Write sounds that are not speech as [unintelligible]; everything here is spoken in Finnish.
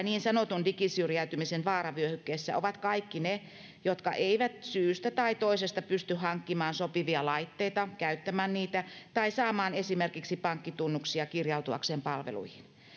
[unintelligible] niin sanotun digisyrjäytymisen vaaravyöhykkeessä ovat kaikki ne jotka eivät syystä tai toisesta pysty hankkimaan sopivia laitteita käyttämään niitä tai saamaan esimerkiksi pankkitunnuksia kirjautuakseen palveluihin